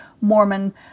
Mormon